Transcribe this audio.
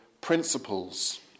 principles